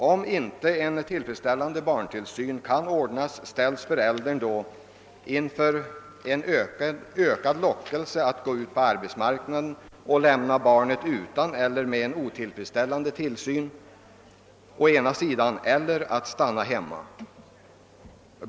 Om inte en tillfredsställande barntillsyn kan ordnas ställs föräldern inför en ökad lockelse att gå ut på arbetsmarknaden och lämna barnet utan tillsyn eller med en otillfredsställande tillsyn.